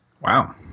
Wow